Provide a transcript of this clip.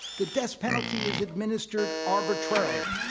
the death penalty is ad ministered arbitrarily.